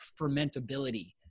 fermentability